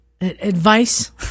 advice